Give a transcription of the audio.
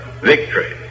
victory